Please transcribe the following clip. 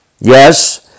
Yes